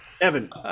Evan